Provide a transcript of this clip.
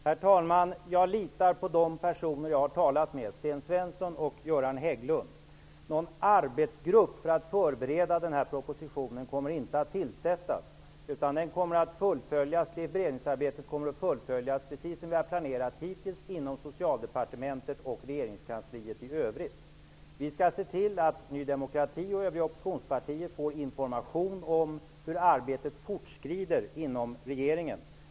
Herr talman! Jag litar på de personer jag har talat med, Sten Svensson och Göran Hägglund. Någon arbetsgrupp för att förbereda den här propositionen kommer inte att tillsättas, utan beredningsarbetet kommer precis som vi hittills har planerat att fullföljas inom Socialdepartementet och regeringskansliet i övrigt. Vi skall se till att Ny demokrati och övriga oppositionspartier får information om hur arbetet fortskrider inom regeringen.